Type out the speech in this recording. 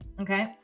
Okay